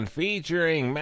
featuring